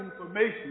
information